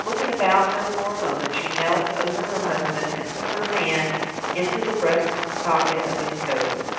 after looking about her for a moment, she knelt over her husband and put her hand into the breast-pocket of his coat.